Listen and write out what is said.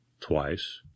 twice